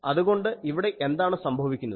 അതുകൊണ്ട് ഇവിടെ എന്താണ് സംഭവിക്കുന്നത്